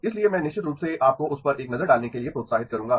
इसलिए मैं निश्चित रूप से आपको उस पर एक नजर डालने के लिए प्रोत्साहित करूंगा